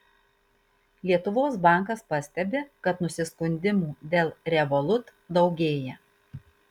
lietuvos bankas pastebi kad nusiskundimų dėl revolut daugėja